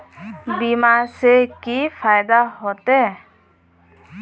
बीमा से की फायदा होते?